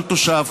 כל תושב,